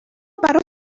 برا